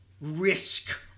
risk